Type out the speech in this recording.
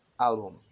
album